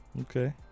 okay